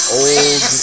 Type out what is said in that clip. old